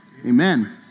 Amen